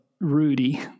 Rudy